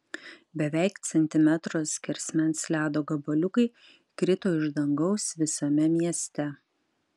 beveik centimetro skersmens ledo gabaliukai krito iš dangaus visame mieste